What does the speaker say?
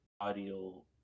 Audio